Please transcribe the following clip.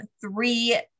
Three